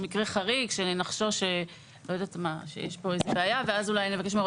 מקרה חריג שנחשוש שיש בעיה ואז אולי נבקש.